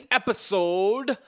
episode